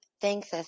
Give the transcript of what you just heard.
Thanks